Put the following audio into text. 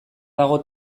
dago